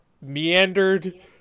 meandered